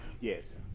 yes